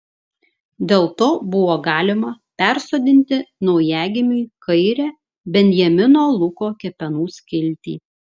dėl to buvo galima persodinti naujagimiui kairę benjamino luko kepenų skiltį